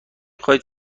خواید